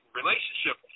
relationship